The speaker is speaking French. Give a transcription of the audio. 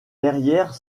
derrière